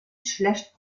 schlecht